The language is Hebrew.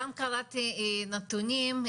גם קראתי נתונים,